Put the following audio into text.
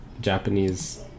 Japanese